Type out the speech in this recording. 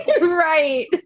Right